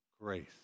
grace